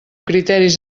criteris